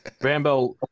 Rambo